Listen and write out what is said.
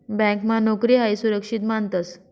ब्यांकमा नोकरी हायी सुरक्षित मानतंस